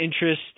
interest